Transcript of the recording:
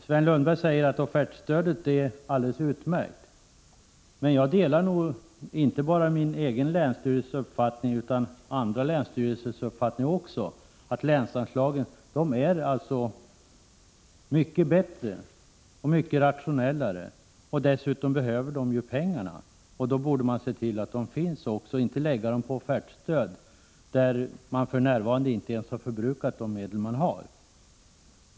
Sven Lundberg säger att offertstödet är alldeles utmärkt, men jag delar vad som är inte bara min egen länsstyrelses uppfattning utan också andra länsstyrelsers, nämligen att länsanslagen är mycket bättre och mycket rationellare. Dessutom behöver de ju pengarna. Då borde man se till att de finns också och inte lägga dem på offertstöd, eftersom man i fråga om offertstöd inte ens har förbrukat de medel som man har.